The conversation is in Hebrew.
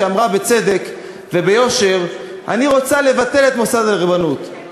שאמרה בצדק וביושר: אני רוצה לבטל את מוסד הרבנות,